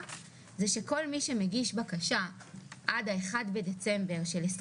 זה בעצם סעיף קטן (ה)(1).